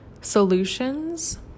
solutions